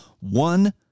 One